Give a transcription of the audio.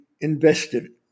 invested